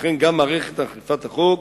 ולכן גם מערכת אכיפת החוק